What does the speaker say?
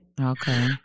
Okay